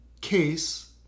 case